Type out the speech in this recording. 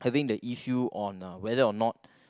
having the issue on uh whether or not